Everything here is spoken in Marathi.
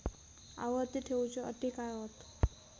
आवर्ती ठेव च्यो अटी काय हत?